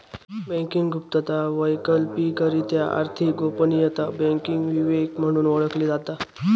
banking गुप्तता, वैकल्पिकरित्या आर्थिक गोपनीयता, बँकिंग विवेक म्हणून ओळखली जाता